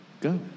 Go